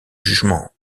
jugement